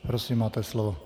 Prosím, máte slovo.